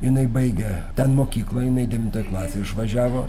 jinai baigė ten mokyklą jinai devintoj klasėj išvažiavo